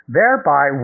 thereby